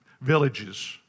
villages